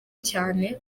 cyane